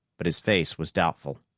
but his face was doubtful.